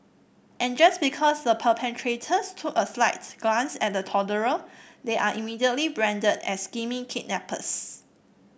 and just because the perpetrators took a slight glance at a toddler they are immediately branded as scheming kidnappers